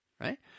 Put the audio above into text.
right